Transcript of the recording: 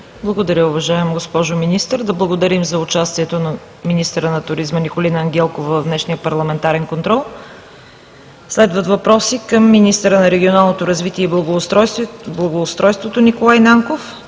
Благодаря, уважаема госпожо Министър. Благодарим за участието на министъра на туризма Николина Ангелкова в днешния парламентарен контрол. Следват въпроси към министъра на регионалното развитие и благоустройството Николай Нанков.